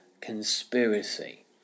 conspiracy